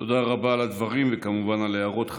תודה רבה על הדברים וכמובן על ההערות.